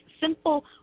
simple